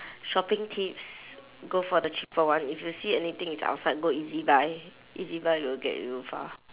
shopping tips go for the cheaper one if you see anything it's outside go E_Z buy E_Z buy will get you far